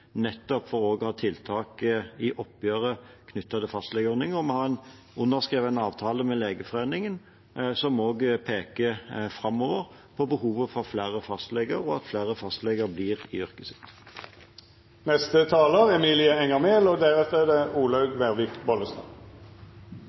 nettopp for å ha tiltak i oppgjøret knyttet til fastlegeordningen. Vi har underskrevet en avtale med Legeforeningen som også peker framover på behovet for flere fastleger, og at flere fastleger blir i yrket sitt. Alle innbyggere har rett til en god akuttberedskap og